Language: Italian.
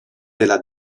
della